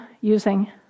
using